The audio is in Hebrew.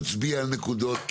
להצביע על נקודות.